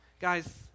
Guys